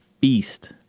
feast